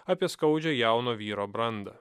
apie skaudžią jauno vyro brandą